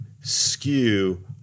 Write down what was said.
skew